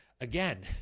Again